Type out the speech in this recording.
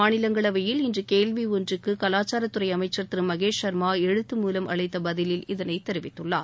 மாநிலங்களவையில் இன்று கேள்வி ஒன்றிற்கு கலாச்சாரத்துறை அமைச்சர் திரு மகேஷ் சர்மா எழுத்து மூலம் அளித்த பதிலில் இதனை தெரிவித்துள்ளார்